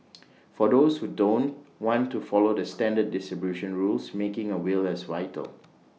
for those who don't want to follow the standard distribution rules making A will is vital